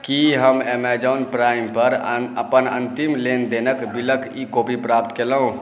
कि हम एमेजॉन प्राइमपर अपन अन्तिम लेनदेनके बिलके ईकॉपी प्राप्त कएलहुँ